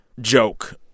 joke